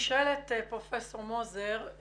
פרופסור מוזר,